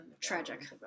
Tragic